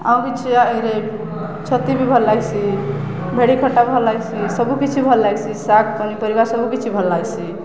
ଆଉ କିଛି ଏଇରେ ଛତି ବି ଭଲ୍ ଲାଗ୍ସି ଭେଡ଼ି ଖଟା ଭଲ୍ ଲାଗ୍ସି ସବୁକଛି ଭଲ ଲାଗ୍ସି ଶାଗ ପନିପରିବା ସବୁକ କିଛି ଭଲ୍ ଲାଗ୍ସି